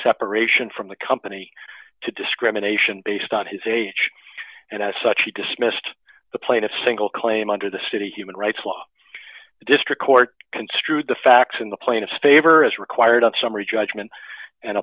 separation from the company to discrimination based on his age and as such he dismissed the plaintiff single claim under the city human rights law the district court construed the facts in the plaintiff's favor as required of summary judgment and